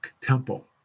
temple